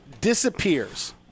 disappears